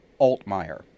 Altmaier